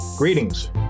Greetings